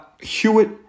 Hewitt